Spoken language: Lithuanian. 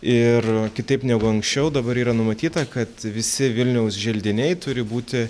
ir kitaip negu anksčiau dabar yra numatyta kad visi vilniaus želdiniai turi būti